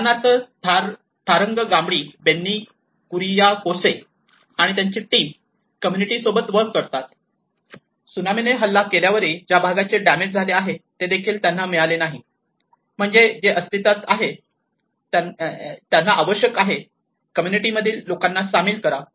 उदाहरणार्थ Tharangambadi Benny Kuriakose Tharangambadi Benny Kuriakose आणि त्यांची टीम कम्युनिटी सोबत वर्क करतात त्सुनामीने हल्ला केल्यावरही ज्या भागाचे डॅमेज झाले आहे तेदेखील त्यांना मिळाले नाही म्हणजे जे अस्तित्त्वात आहे म्हणजे त्यांना आवश्यक आहे कम्युनिटी मधील लोकांना सामील करा